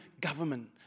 government